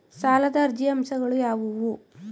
ಸಾಲದ ಅರ್ಜಿಯ ಅಂಶಗಳು ಯಾವುವು?